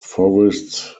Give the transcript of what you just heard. forests